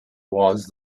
was